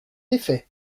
effet